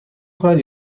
کند